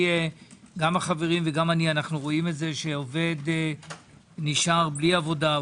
שגם החברים וגם אני אנו רואים את זה שעובד נשאר בלי עבודה,